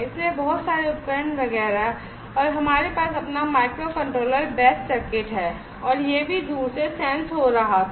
इसलिए बहुत सारे उपकरण वगैरह और हमारे पास अपना माइक्रो कंट्रोलर बेस्ट सर्किट्री है और यह भी दूर से सेंस हो रहा था